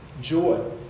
joy